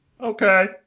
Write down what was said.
Okay